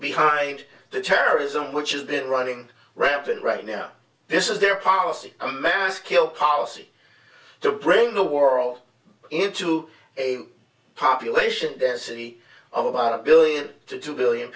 behind the terrorism which is that running rampant right now this is their policy a mass kill policy to bring the world into a population density of about a billion to two billion